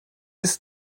ist